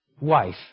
wife